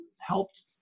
helped